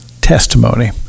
testimony